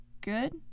good